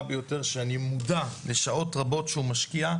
ביותר שאני מודע לשעות רבות שהוא משקיע,